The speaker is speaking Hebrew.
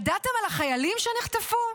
ידעתם על החיילים שנחטפו?